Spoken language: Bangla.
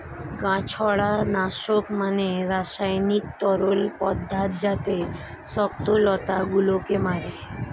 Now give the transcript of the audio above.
গাছড়া নাশক মানে রাসায়নিক তরল পদার্থ যাতে শক্ত লতা গুলোকে মারে